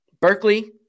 Berkeley